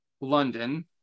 London